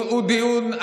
הוא דיון,